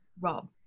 Rob